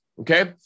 okay